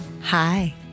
Hi